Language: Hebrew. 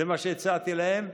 זה מה שהצעתי להם,